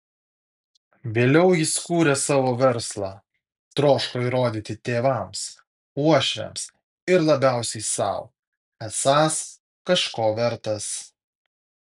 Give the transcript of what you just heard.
vėliau jis kūrė savo verslą troško įrodyti tėvams uošviams ir labiausiai sau esąs kažko vertas